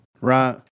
right